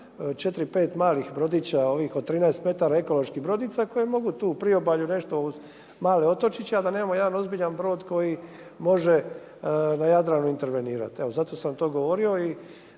pet malih brodića od 13 metara ekoloških brodica koje mogu tu u priobalju nešto uz male otočiće, a da nemamo jedan ozbiljan brod koji može na Jadranu intervenirati. Evo zato sam to govorio